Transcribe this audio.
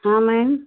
हाँ मैम